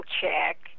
check